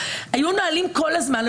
היו נהלים כל הזמן,